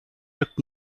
took